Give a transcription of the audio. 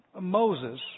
Moses